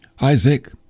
Isaac